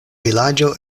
vilaĝo